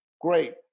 Great